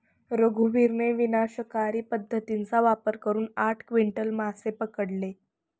रघुवीरने विनाशकारी पद्धतीचा वापर करून आठ क्विंटल मासे पकडले